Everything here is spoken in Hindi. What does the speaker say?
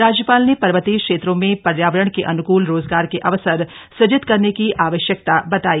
राज्यपाल ने पर्वतीय क्षेत्रों में पर्यावरण के अन्कूल रोजगार के अवसर सृजित करने की आवश्यकता बताई